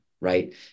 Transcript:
right